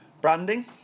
Branding